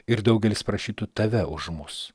ir daugelis prašytų tave už mus